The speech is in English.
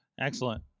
excellent